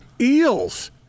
Eels